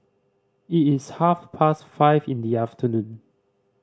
it is half past five in the afternoon